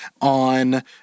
on